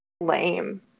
lame